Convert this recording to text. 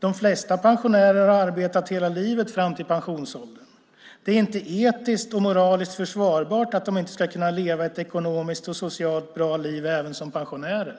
De flesta pensionärer har arbetat hela livet fram till pensionsåldern. Det är inte etiskt och moraliskt försvarbart att de inte ska kunna leva ett ekonomiskt och socialt bra liv även som pensionärer.